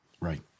Right